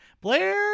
Blair